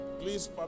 Please